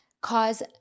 cause